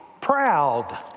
proud